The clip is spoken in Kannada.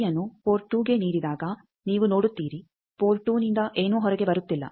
ಶಕ್ತಿಯನ್ನು ಪೋರ್ಟ್2 ಗೆ ನೀಡಿದಾಗ ನೀವು ನೋಡುತ್ತೀರಿ ಪೋರ್ಟ್2 ನಿಂದ ಏನೂ ಹೊರಗೆ ಬರುತ್ತಿಲ್ಲ